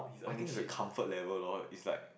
I think it's a comfort level loh it's like